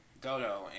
dodo